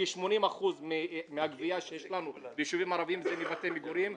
כ-80% מהגבייה שיש לנו ביישובים הערביים זה מבתי מגורים,